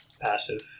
Passive